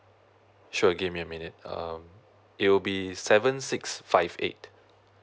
sure give me a minute um it will be seven six five eight